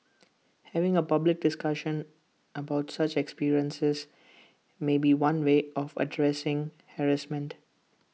having A public discussion about such experiences may be one way of addressing harassment